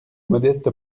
modeste